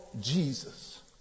Jesus